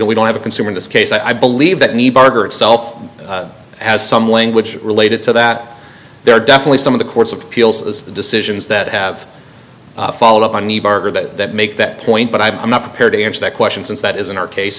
don't we don't have a consumer in this case i believe that need burger itself has some language related to that there are definitely some of the courts of appeals decisions that have followed up on the bar that make that point but i'm not prepared to answer that question since that is in our case